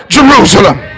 Jerusalem